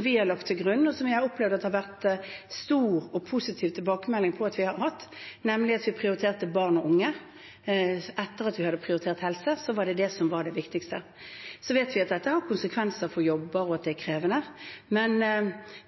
vi har lagt til grunn, og som vi har opplevd at det har vært stor og positiv tilbakemelding på at vi har hatt, nemlig at vi prioriterte barn og unge. Etter at vi hadde prioritert helse, var det det som var det viktigste. Så vet vi at dette har konsekvenser for jobber, og at det er krevende, men